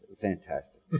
Fantastic